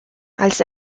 als